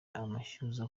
amashyuza